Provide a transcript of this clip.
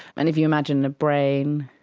and if you imagine the brain,